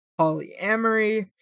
polyamory